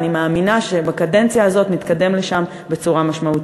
ואני מאמינה שבקדנציה הזאת נתקדם לשם בצורה משמעותית.